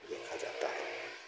देखा जाता है